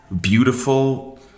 beautiful